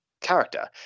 character